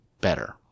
better